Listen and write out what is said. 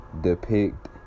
Depict